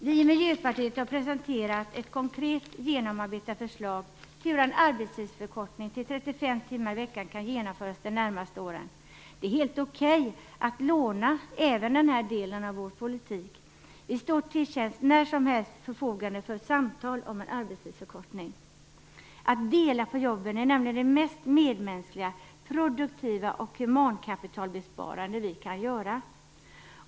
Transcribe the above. Vi i Miljöpartiet har presenterat ett konkret genomarbetat förslag på hur en arbetstidsförkortning till 35 timmar i veckan kan genomföras de närmaste åren. Det är helt okej att låna även den här delen av vår politik. Vi står till förfogande när som helst för samtal om en arbetstidsförkortning. Att dela på jobben är nämligen det mest medmänskliga, produktiva och humankapitalbesparande vi kan göra.